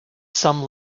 some